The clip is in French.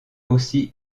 aussi